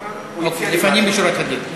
לפנים משורת הדין.